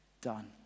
done